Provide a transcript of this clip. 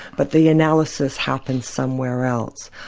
but the analysis happens somewhere else.